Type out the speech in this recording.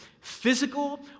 Physical